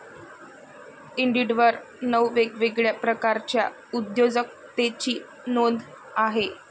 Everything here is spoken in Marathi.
इंडिडवर नऊ वेगवेगळ्या प्रकारच्या उद्योजकतेची नोंद आहे